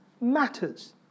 matters